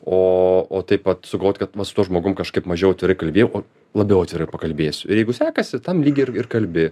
o o taip pat sugalvoti kad vat su tuo žmogum kažkaip mažiau atvirai kalbėjau labiau atvirai pakalbėsiu ir jeigu sekasi tam lyg ir ir kalbi